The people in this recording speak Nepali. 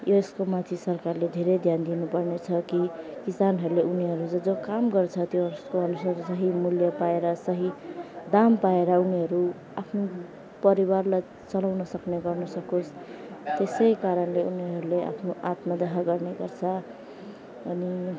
यसको माथि सरकारले धेरै ध्यान दिनुपर्नेछ कि किसानहरूले उनीहरूले जो जो काम गर्छ त्यसको अनुसार सही मूल्य पाएर सही दाम पाएर उनीहरू आफ्नो परिवारलाई चलाउनुसक्ने गर्नुसकोस् त्यसै कारणले उनीहरूले आफ्नो आत्मदाह गर्ने गर्छ अनि